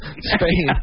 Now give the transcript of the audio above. spain